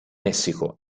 messico